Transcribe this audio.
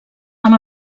amb